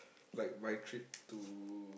like my trip to